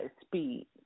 speed